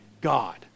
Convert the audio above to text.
God